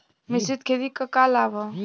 मिश्रित खेती क का लाभ ह?